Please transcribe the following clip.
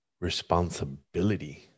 responsibility